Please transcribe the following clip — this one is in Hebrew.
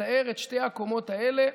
מתאר את שתי הקומות האלה.